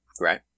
Right